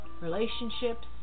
relationships